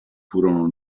furono